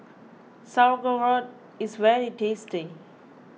Sauerkraut is very tasty